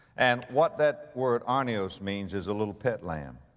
and what that word arnios means is a little pet lamb.